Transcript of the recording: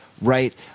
right